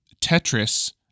Tetris